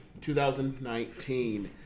2019